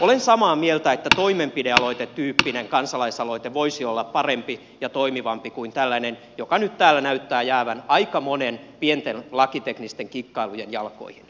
olen samaa mieltä että toimenpidealoitetyyppinen kansalaisaloite voisi olla parempi ja toimivampi kuin tällainen joka nyt täällä näyttää jäävän aika monien pienten lakiteknisten kikkailujen jalkoihin